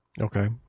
Okay